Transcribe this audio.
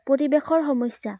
প্ৰৰিৱেশৰ সমস্যা